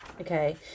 okay